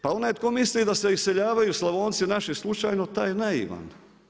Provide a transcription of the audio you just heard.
Pa onaj tko misli da se iseljavaju Slavonci naši slučajno, taj je naivan.